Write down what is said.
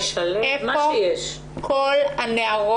כמות העבודה שלנו והפניות עולות כל הזמן.